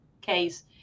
case